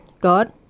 god